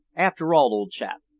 after all, old chap,